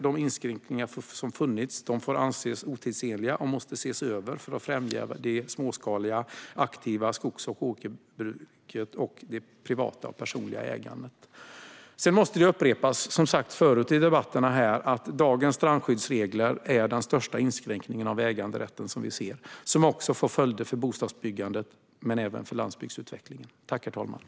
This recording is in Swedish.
De inskränkningar som funnits får anses otidsenliga och måste ses över för att främja det småskaliga aktiva skogs och åkerbruket och det privata och personliga ägandet. Sedan måste det upprepas att dagens strandskyddsregler är den största inskränkning av äganderätten som vi ser, vilket också har sagts förut i debatterna här. Dessa regler får följder för bostadsbyggandet men även för landsbygdsutvecklingen.